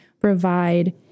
provide